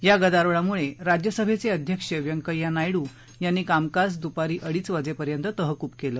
या गदारोळामुळे राज्यसभेचे अध्यक्ष व्यंकय्या नायडू यांनी कामकाज दुपारी अडीच वाजेपर्यंत तहकूब केलं